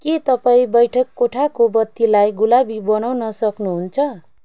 के तपाईँ बैठक कोठाको बत्तीलाई गुलाबी बनाउन सक्नुहुन्छ